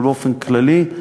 אבל באופן כללי,